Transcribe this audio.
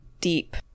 deep